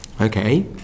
okay